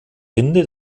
rinde